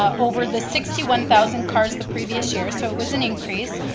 ah over the sixty one thousand cars the previous year, so it was an increase,